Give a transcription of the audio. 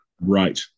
Right